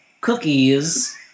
cookies